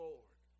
Lord